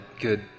good